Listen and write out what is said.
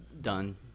done